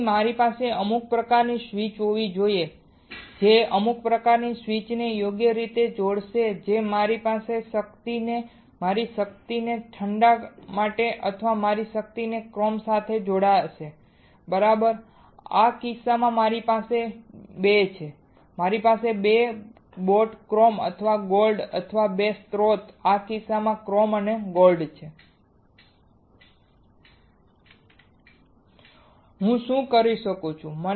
તેથી મારી પાસે અમુક પ્રકારની સ્વિચ હોવી જોઈએ જે અમુક પ્રકારની સ્વીચને યોગ્ય રીતે જોડશે જે મારી શક્તિને મારી શક્તિને ઠંડા સાથે અથવા મારી શક્તિને ક્રોમ સાથે જોડશે બરાબર આ કિસ્સામાં મારી પાસે 2 છે મારી પાસે 2 બોટ ક્રોમ અને ગોલ્ડ અથવા 2 સ્રોત આ કિસ્સામાં ક્રોમ અને ગોલ્ડ છે હું શું કરી શકું છુ